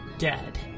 Dead